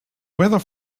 weather